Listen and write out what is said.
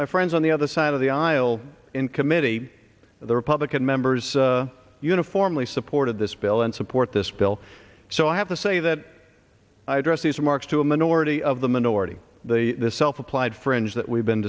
my friends on the other side of the aisle in committee the republican members uniformly supported this bill and support this bill so i have to say that i dress these remarks to a minority of the minority the self applied fringe that we've been